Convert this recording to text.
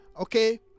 okay